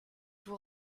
vous